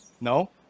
No